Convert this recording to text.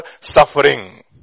suffering